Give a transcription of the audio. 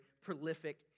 prolific